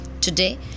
Today